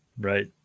right